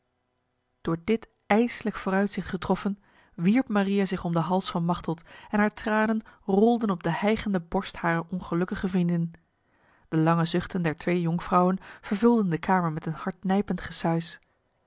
door dit ijslijk vooruitzicht getroffen wierp maria zich om de hals van machteld en haar tranen rolden op de hijgende borst harer ongelukkige vriendin de lange zuchten der twee jonkvrouwen vervulden de kamer met een